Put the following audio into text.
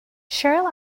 cheryl